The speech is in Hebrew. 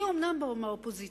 אני אומנם מהאופוזיציה,